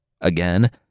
again